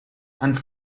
and